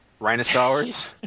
Rhinosaurs